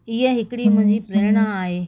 हीअ हिकिड़ी मुंहिंजी प्रेरणा आहे